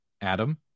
Adam